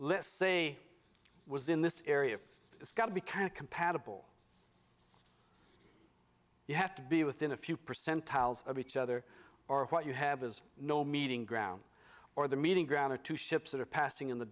let's say i was in this area it's got to be kind of compatible you have to be within a few percentiles of each other or what you have is no meeting ground or the meeting granted to ships that are passing in the